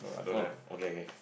one okay okay